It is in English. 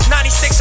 96